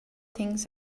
things